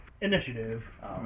initiative